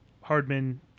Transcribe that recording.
Hardman